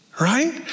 right